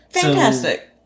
fantastic